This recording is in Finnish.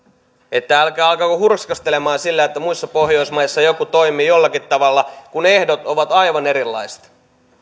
että älkää alkako hurskastelemaan sillä että muissa pohjoismaissa joku toimii jollakin tavalla kun ehdot ovat aivan